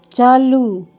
चालू